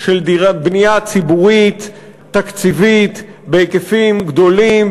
של בנייה ציבורית תקציבית בהיקפים גדולים,